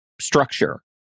structure